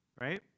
right